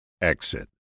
exit